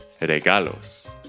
¡Regalos